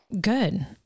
Good